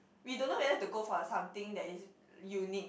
we don't know whether to go for something that is unique